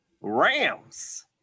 Rams